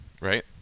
right